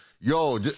yo